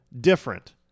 different